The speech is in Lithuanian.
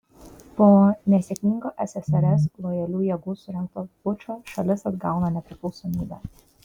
po nesėkmingo ssrs lojalių jėgų surengto pučo šalis atgauna nepriklausomybę